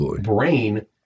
brain